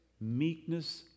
meekness